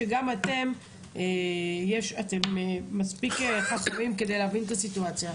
אתם מספיק חכמים כדי להבין את הסיטואציה.